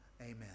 Amen